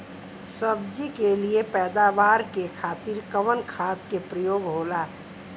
सब्जी के लिए पैदावार के खातिर कवन खाद के प्रयोग होला?